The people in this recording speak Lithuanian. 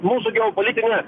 mūsų geopolitinė